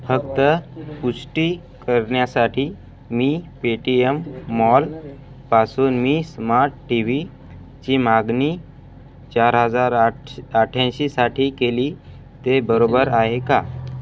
फक्त पुष्टी करण्यासाठी मी पेटीयम मॉलपासून मी स्मार्ट टी व्हीची मागणी चार हजार आठ शे अठ्याऐंशीसाठी केली ते बरोबर आहे का